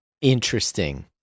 interesting